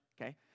Okay